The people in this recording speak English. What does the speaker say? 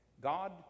God